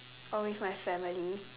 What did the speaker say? or with my family